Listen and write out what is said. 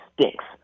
stinks